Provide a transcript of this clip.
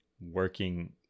working